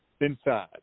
inside